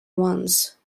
once